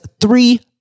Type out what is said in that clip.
three